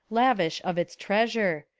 lavish of its treas ure.